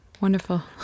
Wonderful